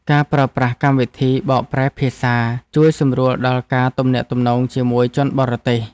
ការប្រើប្រាស់កម្មវិធីបកប្រែភាសា ជួយសម្រួលដល់ការទំនាក់ទំនងជាមួយជនបរទេស។